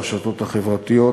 ברשתות החברתיות